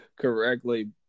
correctly